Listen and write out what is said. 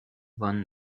von